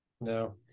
no